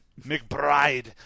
McBride